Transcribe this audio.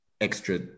extra